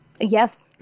Yes